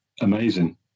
amazing